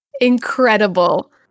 incredible